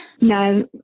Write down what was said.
No